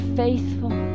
faithful